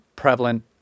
prevalent